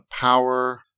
power